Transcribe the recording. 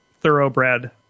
thoroughbred